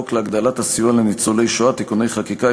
החוק להגדלת הסיוע לניצולי שואה (תיקוני חקיקה),